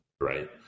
Right